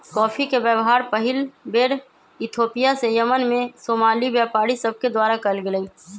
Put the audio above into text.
coffee के व्यापार पहिल बेर इथोपिया से यमन में सोमाली व्यापारि सभके द्वारा कयल गेलइ